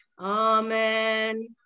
Amen